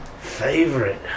favorite